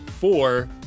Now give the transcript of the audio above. Four